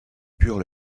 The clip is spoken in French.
purent